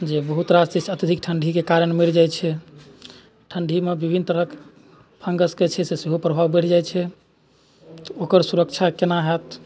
जे बहुत रास अत्यधिक ठण्डीके कारण मरि जाइ छै ठण्डीमे विभिन्न तरहके फन्गसके जे छै सेहो प्रभाव बढ़ि जाइ छै ओकर सुरक्षा कोना हैत